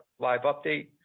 LiveUpdate